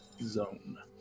zone